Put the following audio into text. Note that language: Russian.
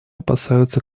опасаются